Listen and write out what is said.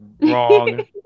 wrong